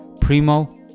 Primo